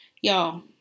y'all